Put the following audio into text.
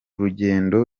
rugendo